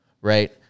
Right